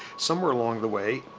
somewhere along the way,